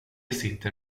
sitter